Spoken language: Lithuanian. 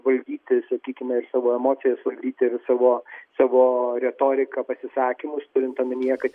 valdyti sakykime savo emocijas valdyti ir savo savo retoriką pasisakymus turint omenyje kad